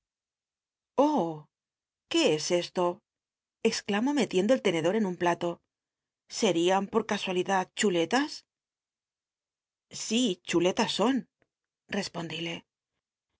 qué es esto exclamó metiendo eltenedo en un plato serian por casualidad chuletas si chuletas son respondíle